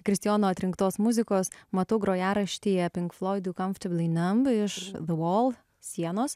kristijono atrinktos muzikos matau grojaraštyje pink floidų comfortably numb iš the wall sienos